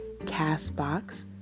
CastBox